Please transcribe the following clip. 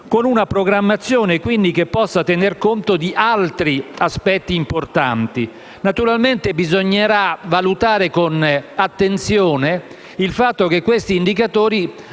con una programmazione che possa tener conto anche di altri aspetti importanti. Naturalmente, bisognerà valutare con attenzione il fatto che questi indicatori